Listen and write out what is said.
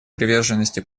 приверженности